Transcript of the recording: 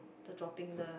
the dropping the